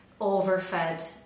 overfed